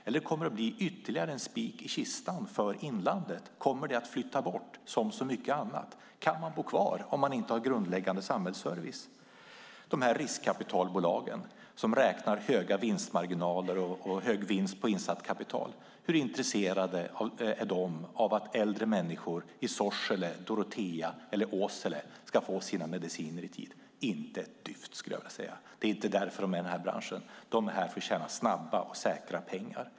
Eller kommer det att bli ytterligare en spik i kistan för inlandet? Kommer det att flytta bort, som så mycket annat? Kan man bo kvar om det inte finns grundläggande samhällsservice? Hur intresserade är de här riskkapitalbolagen, som räknar höga vinstmarginaler och hög vinst på insatt kapital, av att äldre människor i Sorsele, Dorotea eller Åsele ska få sina mediciner i tid? Inte ett dyft, skulle jag vilja säga. Det är inte därför de är i den här branschen. De är här för att tjäna snabba och säkra pengar.